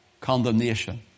condemnation